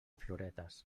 floretes